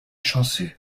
chanceux